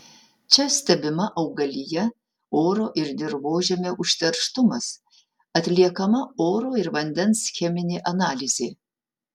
čia stebima augalija oro ir dirvožemio užterštumas atliekama oro ir vandens cheminė analizė